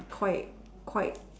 quite quite